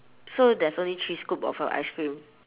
so there's only three scoop of a ice cream